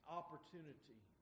opportunity